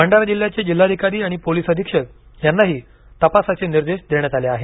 भंडारा जिल्ह्याचे जिल्हाधिकारीआणि पोलीस अधीक्षक यांनाही तपासाचे निर्देश देण्यात आले आहेत